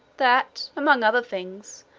that, among other things,